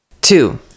Two